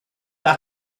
mynd